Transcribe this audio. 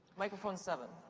microphone seven.